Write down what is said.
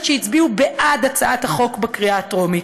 הצביעו בעד הצעת החוק בקריאה הטרומית,